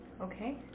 Okay